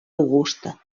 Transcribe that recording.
augusta